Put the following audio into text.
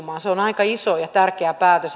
on aika iso ja tärkeä päätös